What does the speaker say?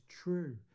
true